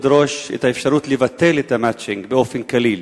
ראש את האפשרות לבטל את ה"מצ'ינג" כליל,